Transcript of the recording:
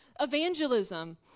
evangelism